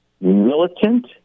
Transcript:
militant